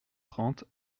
trente